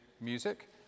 Music